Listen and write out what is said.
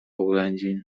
oględzin